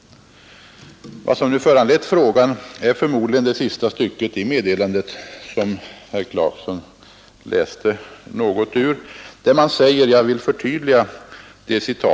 Vad som föranlett herr Clarksons fråga är förmodligen det sista stycket i det meddelandet, som herr Clarkson här läste upp ett par meningar ur. Jag ber att få förtydliga det citerade.